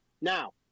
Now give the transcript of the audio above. Now